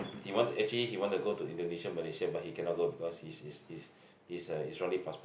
he want to actually he want to go to Indonesia Malaysia but he cannot go because is is is is uh Israeli passport